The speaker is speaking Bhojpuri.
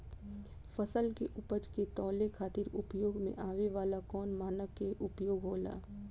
फसल के उपज के तौले खातिर उपयोग में आवे वाला कौन मानक के उपयोग होला?